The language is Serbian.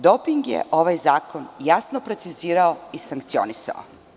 Doping je ovaj zakon jasno precizirao i sankcionisao.